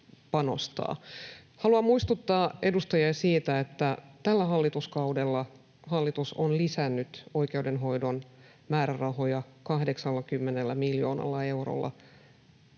Haluan muistuttaa edustajia siitä, että tällä hallituskaudella hallitus on lisännyt oikeudenhoidon määrärahoja 80 miljoonalla eurolla